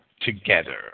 together